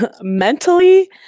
mentally